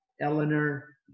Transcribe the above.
Eleanor